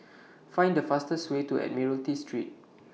Find The fastest Way to Admiralty Street